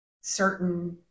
certain